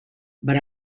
but